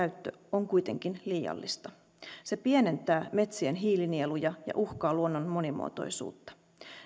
on kuitenkin liiallista se pienentää metsien hiilinieluja ja uhkaa luonnon monimuotoisuutta